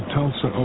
Tulsa